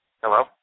Hello